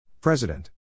President